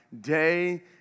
day